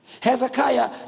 Hezekiah